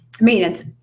maintenance